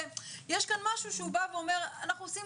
יש כאן משהו שהוא בא ואומר אנחנו עושים